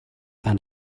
and